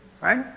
right